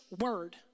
word